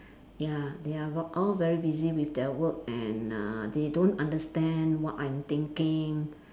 ya they are all very busy with their work and uh they don't understand what I'm thinking